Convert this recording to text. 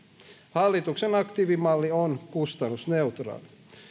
hallituksen aktiivimalli on kustannusneutraali